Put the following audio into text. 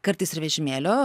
kartais ir vežimėlio